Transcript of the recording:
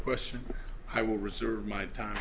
question i will reserve my time